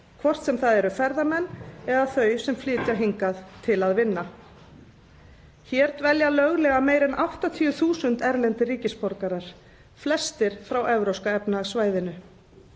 hvort sem það eru ferðamenn eða þau sem flytja hingað til að vinna. Hér dvelja löglega meira en áttatíu þúsund erlendir ríkisborgarar, flestir frá evrópska efnahagssvæðinu.